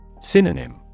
synonym